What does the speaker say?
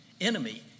enemy